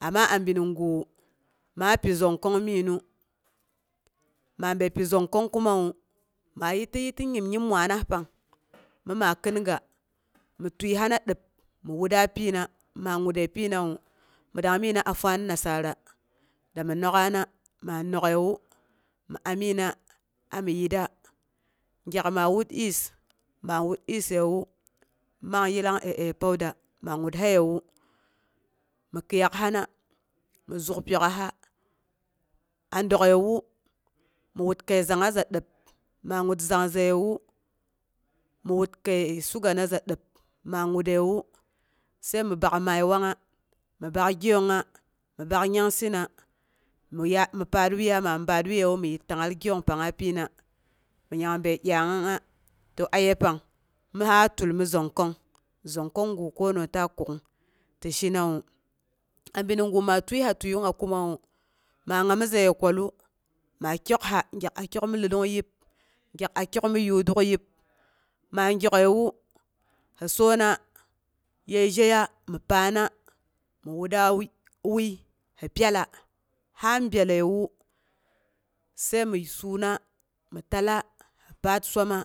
Amma abi ni gu maa pi zongkong miginu, ma bin pi zangkang ngu kumawa, ma yittiyiita nyim- nyim mwaanas pang mi ma khinga mi tiəihana, dəb mi wutda pyina, ma wutre pyinawu, mi dang migina a faan nasara, dami nok'a na, maa nok'əiwu, mi amiinna amiyitda, gyak ma wut yeast, ma wut yeastsewu, man yillang pauda, ma wuthayewu, mi kiiyakhana, mi zuk pyok'asha a dək'əiwu, mi wut kəi zangnga za dəb, maa wut zang'ngəiwu, mi wut kəi sugana za dəb, ma wutrewu, sai mi bak mai wangnga, mi bak gyiyongnga mi bak nyangsɨna, mi paar wuiya, ma baar wuiyewu, mi yit tang'al giyong pangnga pyina. mi nyambəi dyangnga. To aye pang tulmi zongkong, zongkong gu kona taa kuk'ung tɨ shinaawu abi ni gu maa tiəiha tieigungnga kumawu, ma ngamizaye kwala maa kyokha, gyak a kyok mi ledong yib, gyak a kyok mi yoorok yib, maa kyok'əi wu hi soona, ye zheya, mi paana, mi wudda wui, si pyalla ha byallewu, sai mi suna, mi tala, hi paar swama,